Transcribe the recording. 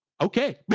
Okay